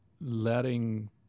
letting